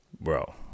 Bro